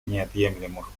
неотъемлемых